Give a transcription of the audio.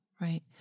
Right